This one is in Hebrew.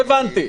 לא הבנתי.